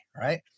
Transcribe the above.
Right